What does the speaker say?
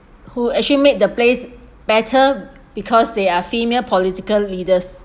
who actually make the place better because they are female political leaders